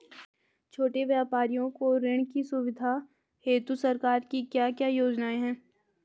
छोटे व्यापारियों को ऋण की सुविधा हेतु सरकार की क्या क्या योजनाएँ हैं?